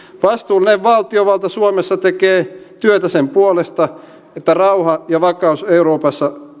vastuullinen valtiovalta suomessa tekee työtä sen puolesta että rauha ja vakaus euroopassa